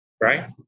Right